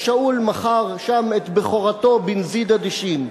ששאול מכר שם את בכורתו בנזיד עדשים.